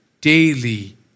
daily